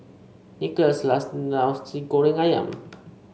Nickolas loves Nasi Goreng ayam